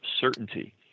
certainty